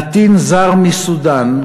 נתין זר מסודאן,